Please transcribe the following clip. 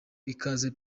ikaze